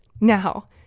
Now